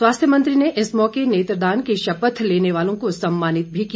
स्वास्थ्य मंत्री ने इस मौके नेत्रदान की शपथ लेने वालों को सम्मानित भी किया